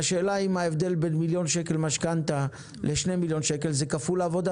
והשאלה אם ההבדל בין מיליון שקל משכנתה ל-2 מיליון שקל זה כפול עבודה,